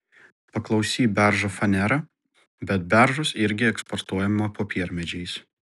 paklausi beržo fanera bet beržus irgi eksportuojame popiermedžiais